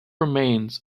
remains